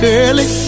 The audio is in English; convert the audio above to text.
early